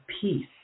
peace